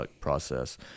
process